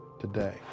today